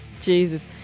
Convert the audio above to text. Jesus